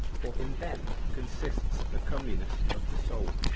for in them consists the comeliness of the soul.